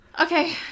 okay